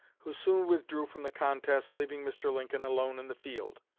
who soon withdrew from the contest, leaving mr. lincoln alone in the field.